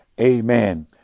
Amen